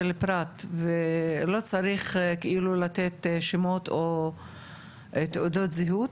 פרט ולא צריך לתת שמות או תעודות זהות,